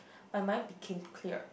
my mind became clear